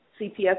CPS